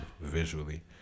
Visually